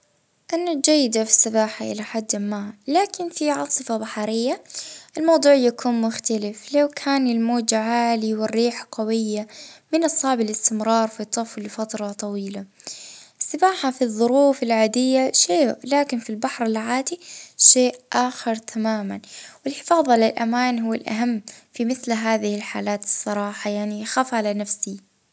اه اى نعرف هلبا نسبح نجدر نطفو فوق المية بسهولة اه أما في عاصفة بحرية هلبا صعب أن نجدر نكون محترفة ونعرف نتعامل مع الأمواج.